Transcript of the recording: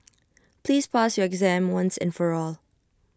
please pass your exam once and for all